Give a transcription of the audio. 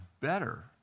better